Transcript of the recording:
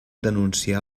denunciar